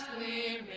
we